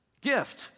gift